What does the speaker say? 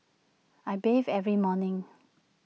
I bathe every morning